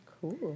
Cool